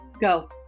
go